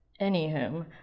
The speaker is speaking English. Anywho